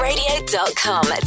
Radio.com